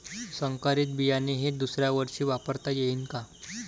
संकरीत बियाणे हे दुसऱ्यावर्षी वापरता येईन का?